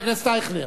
חבר הכנסת אייכלר,